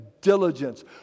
diligence